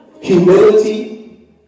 Humility